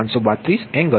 532 angle 183